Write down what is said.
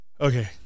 okay